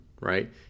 right